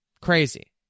crazy